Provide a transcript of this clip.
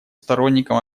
сторонником